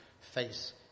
face